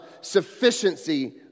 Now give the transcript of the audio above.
sufficiency